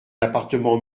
appartement